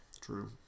True